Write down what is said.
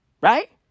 Right